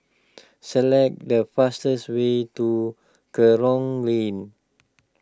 select the fastest way to Kerong rain